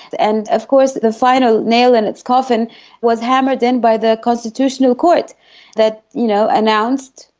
and of course the final nail in its coffin was hammered in by the constitutional court that you know announced,